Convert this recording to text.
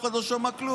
אף אחד לא שמע כלום.